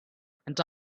and